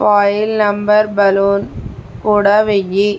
foil number balloon కూడా వెయ్యి